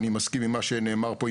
אני מסכים עם מה שנאמר פה,